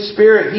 Spirit